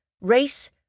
race